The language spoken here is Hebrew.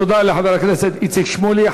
תודה לחבר הכנסת איציק שמולי.